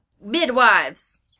midwives